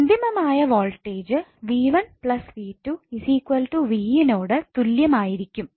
അന്തിമമായ voltage 𝑣1 𝑣2 𝑣 നോട് തുല്യമായിരിക്കും